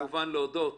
כמובן להודות